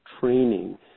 training